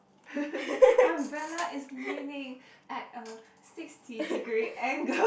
umbrella is leaning at a sixty degree angle